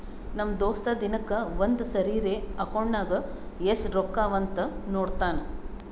ನಮ್ ದೋಸ್ತ ದಿನಕ್ಕ ಒಂದ್ ಸರಿರೇ ಅಕೌಂಟ್ನಾಗ್ ಎಸ್ಟ್ ರೊಕ್ಕಾ ಅವಾ ಅಂತ್ ನೋಡ್ತಾನ್